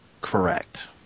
Correct